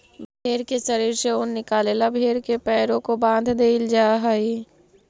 भेंड़ के शरीर से ऊन निकाले ला भेड़ के पैरों को बाँध देईल जा हई